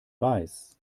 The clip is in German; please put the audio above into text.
weiß